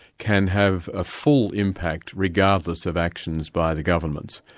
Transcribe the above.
can have a full impact regardless of actions by the governments.